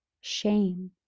shame